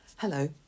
Hello